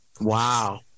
Wow